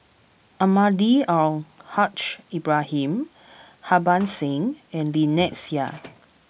Almahdi Al Haj Ibrahim Harbans Singh and Lynnette Seah